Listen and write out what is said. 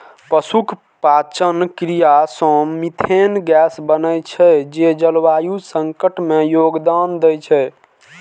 पशुक पाचन क्रिया सं मिथेन गैस बनै छै, जे जलवायु संकट मे योगदान दै छै